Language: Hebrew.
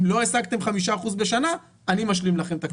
אם לא השגתם 5% בשנה אני משלים לכם.